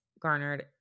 garnered